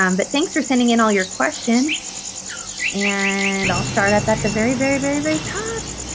um but thanks for sending in all your questions and i'll start up at the very, very, very, very top.